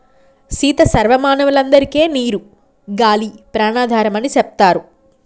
సీత సర్వ మానవులందరికే నీరు గాలి ప్రాణాధారం అని సెప్తారు